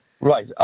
Right